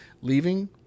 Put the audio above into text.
leaving